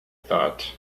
thought